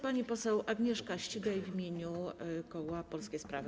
Pani poseł Agnieszka Ścigaj w imieniu koła Polskie Sprawy.